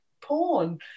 porn